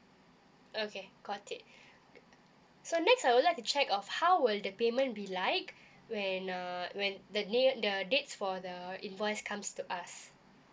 okay got it so next I'd like to check on how will the payment be like when uh when the name the dates for the invoice comes to us